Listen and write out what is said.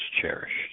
cherished